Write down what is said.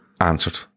answered